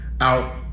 out